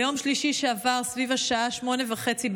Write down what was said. ביום שלישי שעבר, סביב השעה 20:30,